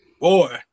Boy